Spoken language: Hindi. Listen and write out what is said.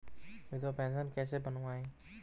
विधवा पेंशन कैसे बनवायें?